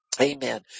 Amen